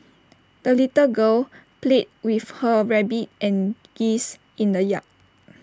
the little girl played with her rabbit and geese in the yard